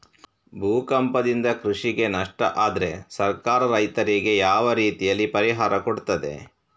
ಭೂಕಂಪದಿಂದ ಕೃಷಿಗೆ ನಷ್ಟ ಆದ್ರೆ ಸರ್ಕಾರ ರೈತರಿಗೆ ಯಾವ ರೀತಿಯಲ್ಲಿ ಪರಿಹಾರ ಕೊಡ್ತದೆ?